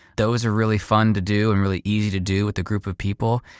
those are really fun to do and really easy to do with a group of people.